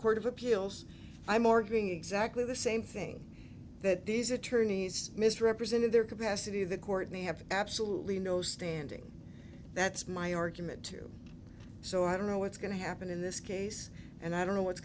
court of appeals i'm arguing exactly the same thing that these attorneys misrepresented their capacity the court may have absolutely no standing that's my argument too so i don't know what's going to happen in this case and i don't know what's